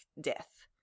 death